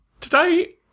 Today